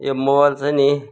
यो मोबाइल चाहिँ नि